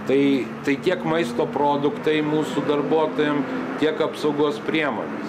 tai tai tiek maisto produktai mūsų darbuotojam tiek apsaugos priemonės